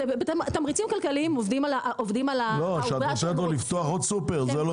תמריצים כלכליים עובדים על --- לפתוח עוד סופר זה לא